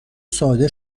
ساده